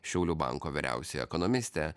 šiaulių banko vyriausioji ekonomistė